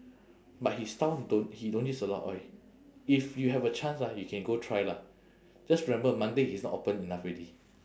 but his style don't he don't use a lot of oil if you have a chance ah you can go try lah just remember monday he's not open enough already